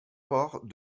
port